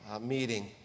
meeting